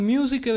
Music